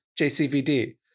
JCVD